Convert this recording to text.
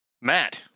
Matt